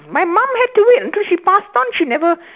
my mom had to wait until she passed on she never